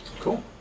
Cool